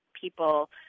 people